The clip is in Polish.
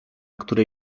której